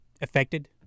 affected